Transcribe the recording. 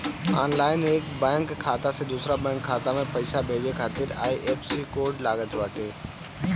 online एक bank खाता से दूसरा बैंक खाता में पईसा भेजे खातिर आई.एफ.एस.सी कोड लागत बाटे